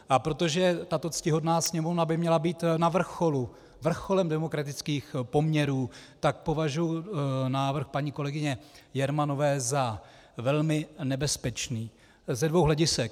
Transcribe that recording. A protože tato ctihodná Sněmovna by měla být na vrcholu, vrcholem demokratických poměrů, považuji návrh paní kolegyně Jermanové za velmi nebezpečný ze dvou hledisek.